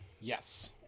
Yes